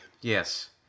Yes